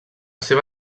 seva